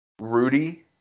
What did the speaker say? Rudy